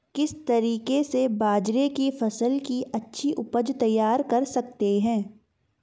किस तरीके से बाजरे की फसल की अच्छी उपज तैयार कर सकते हैं?